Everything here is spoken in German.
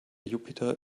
jupiter